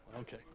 Okay